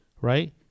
right